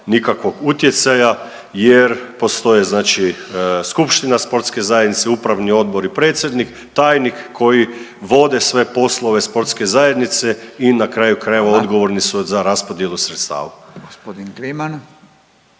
nikakvog utjecaja jer postoji znači Skupštinska sportske zajednice, Upravni odbor i predsjednik, tajnik koji vode sve poslove sportske zajednice i na kraju krajeva odgovorni su za raspodjelu sredstava.